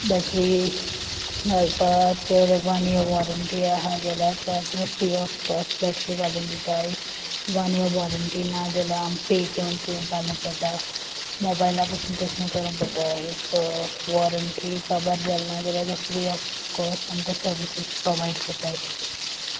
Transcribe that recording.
battery घालपा जोर one year warranty आहा जाल्यार फ्री ऑफ कॉस्ट बॅटरी घालून दिताय वान इयर वॉरंटी ना जाल्यार आमक पे कोन ती घालूं पोटा मोबायला पासून तेशें कोरूं पोटा इफ वॉरंटी काबार जालना जाल्यार फ्री ऑफ कॉस्ट आमक सर्विसीस प्रोवायड कोताय